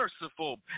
merciful